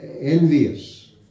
envious